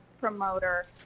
promoter